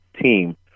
team